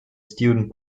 student